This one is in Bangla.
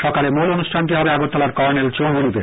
সকালে মূল অনুষ্ঠানটি হবে আগরতলার কর্ণেল চৌমুহনীতে